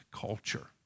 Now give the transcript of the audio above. culture